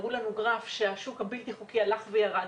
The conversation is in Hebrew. הראו לנו גרף שהשוק הבלתי חוקי הלך וירד,